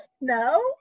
No